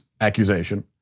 accusation